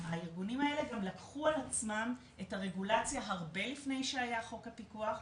הארגונים האלה גם לקחו על עצמם את הרגולציה הרבה לפני שהיה חוק הפיקוח,